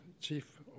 Chief